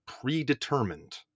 predetermined